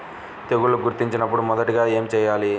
తెగుళ్లు గుర్తించినపుడు మొదటిగా ఏమి చేయాలి?